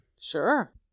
Sure